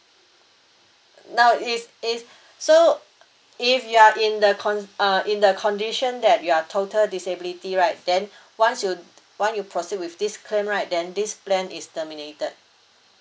now it's it's so if you're in the con~ uh in the condition that you're total disability right then once you once you proceed with this claim right then this plan is terminated